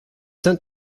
sent